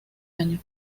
año